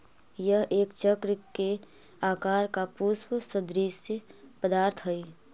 यह एक चक्र के आकार का पुष्प सदृश्य पदार्थ हई